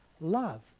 love